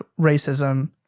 racism